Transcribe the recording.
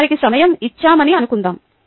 మేము వారికి సమయం ఇచ్చామని అనుకుందాం